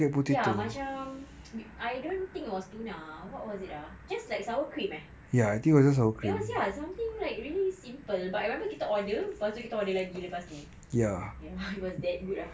ya macam I don't think it was tuna what was it ah just like sour cream eh it was ya something like really simple but remember kita order lepas tu kita order lagi lepas tu ya it was that good ah